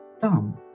thumb